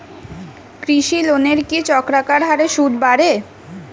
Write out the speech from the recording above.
কৃষি লোনের কি চক্রাকার হারে সুদ বাড়ে?